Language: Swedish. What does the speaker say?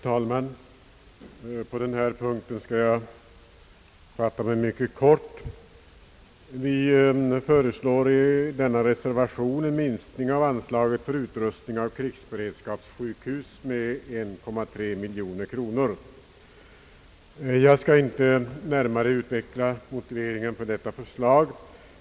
Herr talman! På denna punkt skall jag fatta mig mycket kort. Vi föreslår i reservationen en minskning av anslaget till utrustning av krigsberedskapssjukhus med 1,3 miljon kronor. Jag skall inte närmare utveckla motiveringen för detta förslag.